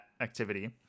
activity